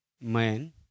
man